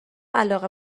علاقه